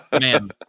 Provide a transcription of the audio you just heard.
man